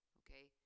okay